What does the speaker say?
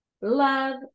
love